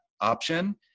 option